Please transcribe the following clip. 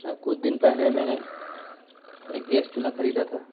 کچھ دن پہلے میں نے ایک گیس چولہا خریدا تھا